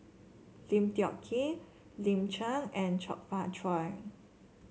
Lim Tiong Ghee Lin Chen and Chong Fah Cheong